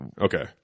Okay